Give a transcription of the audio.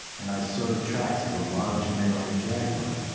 and i saw the tracks of a large male jaguar.